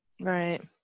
Right